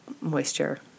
moisture